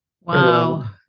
Wow